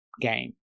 game